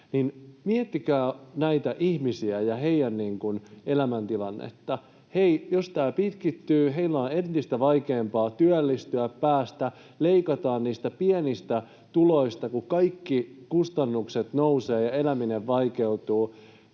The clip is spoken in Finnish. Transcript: miettikää näitä ihmisiä ja heidän elämäntilannettaan. Jos tämä pitkittyy, heidän on entistä vaikeampaa työllistyä. Ja leikataan niistä pienistä tuloista, kun kaikki kustannukset nousevat ja eläminen vaikeutuu.